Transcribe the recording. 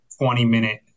20-minute